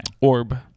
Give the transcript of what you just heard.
Orb